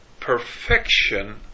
perfection